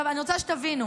אני רוצה שתבינו,